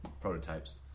prototypes